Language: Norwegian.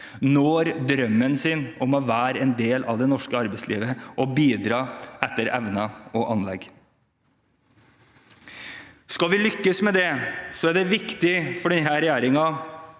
når drømmen om å være en del av det norske arbeidslivet og bidra etter evner og anlegg. Skal vi lykkes med det, er det viktig for denne regjeringen